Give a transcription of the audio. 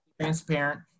transparent